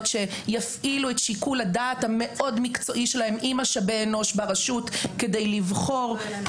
שיפעילו את שיקול הדעת המאוד מקצועי שלהם עם משאבי אנוש ברשות כדי לבחור.